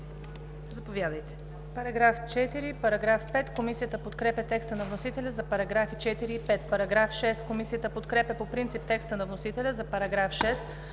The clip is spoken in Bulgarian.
Заповядайте,